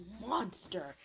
monster